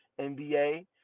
NBA